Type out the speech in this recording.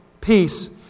peace